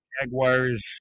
Jaguars